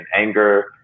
anger